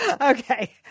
Okay